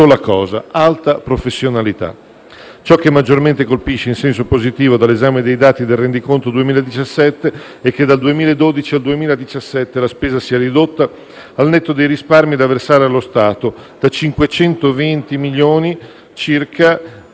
sola cosa: alta professionalità. Ciò che maggiormente colpisce in senso positivo dall'esame dei dati del rendiconto 2017 è che, dal 2012 al 2017, la spesa si è ridotta, al netto dei risparmi da versare allo Stato: da 520 milioni di